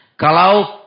kalau